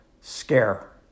scare